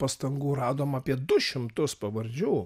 pastangų radom apie du šimtus pavardžių